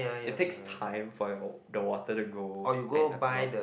it takes time for your the water to go and absorb